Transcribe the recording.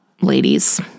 ladies